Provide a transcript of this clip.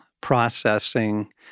processing